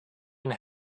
and